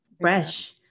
fresh